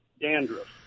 dandruff